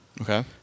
Okay